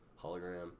hologram